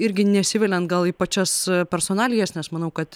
irgi nesiveliant gal į pačias personalijas nes manau kad